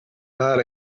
not